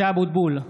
(קורא בשמות חברי הכנסת) משה אבוטבול,